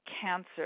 cancer